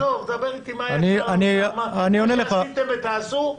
עזוב, דבר איתי מה היה אצל שר האוצר.